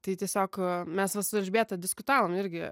tai tiesiog mes va su elžbieta diskutavom irgi